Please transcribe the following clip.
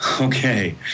Okay